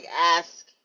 ask